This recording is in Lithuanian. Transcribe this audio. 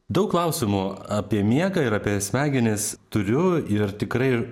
daug klausimų apie miegą ir apie smegenis turiu ir tikrai